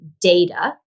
data